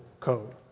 code